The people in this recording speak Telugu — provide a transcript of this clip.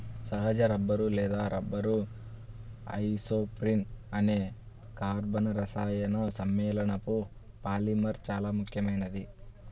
సహజ రబ్బరు లేదా రబ్బరు ఐసోప్రీన్ అనే కర్బన రసాయన సమ్మేళనపు పాలిమర్ చాలా ముఖ్యమైనది